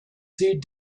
seed